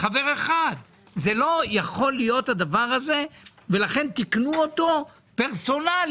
הדבר הזה לא יכול להיות ולכן תיקנו אותו פרסונלית.